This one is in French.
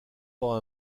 pas